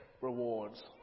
rewards